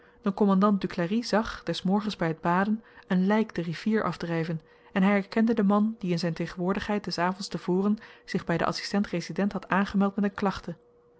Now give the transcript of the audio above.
de kommandant duclari zag des morgens by t baden een lyk de rivier afdryven en hy herkende den man die in zyn tegenwoordigheid des avends tevoren zich by den adsistent resident had aangemeld met n klachte